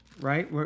right